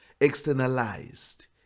externalized